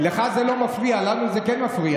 לך זה לא מפריע, לנו זה כן מפריע.